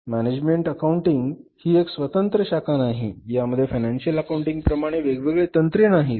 management accounting ही एक स्वतंत्र शाखा नाही यामध्ये फायनान्शिअल अकाउंटिंग प्रमाणे वेगवेगळी तंत्रे नाहीत